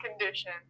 condition